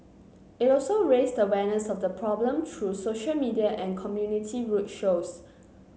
it also raised awareness of the problem through social media and community rude shows